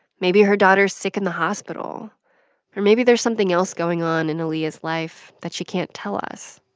maybe her daughter's sick in the hospital or maybe there's something else going on in aaliyah's life that she can't tell us.